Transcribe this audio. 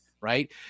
right